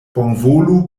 bonvolu